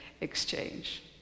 exchange